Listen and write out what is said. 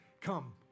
come